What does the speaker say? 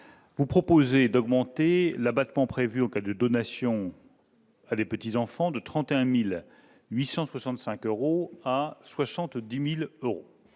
général, de porter l'abattement prévu en cas de donation à des petits-enfants de 31 865 euros à 70 000 euros.